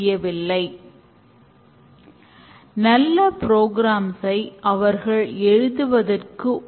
குழவில் மூன்று விதமான ரோல்கள் நடைபெறும்